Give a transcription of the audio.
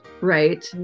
right